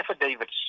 affidavits